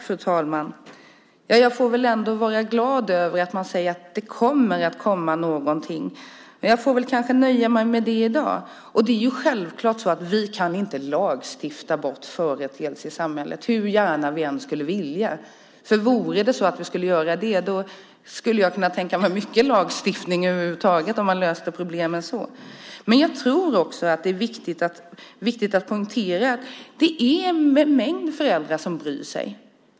Fru talman! Jag får väl ändå vara glad över att du säger att det kommer att komma någonting. Jag får kanske nöja mig med det i dag. Det är självklart så att vi inte kan lagstifta bort företeelser i samhället hur gärna vi än skulle vilja. Vore det så lätt att göra skulle jag kunna tänka mig mycket lagstiftning över huvud taget, om man löste problemen så. Men jag tror också att det är viktigt att poängtera att det finns en mängd föräldrar som bryr sig.